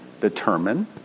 determine